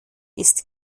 ist